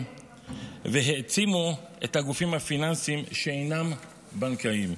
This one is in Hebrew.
והעצימו את הגופים הפיננסיים שאינם בנקאיים.